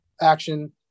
action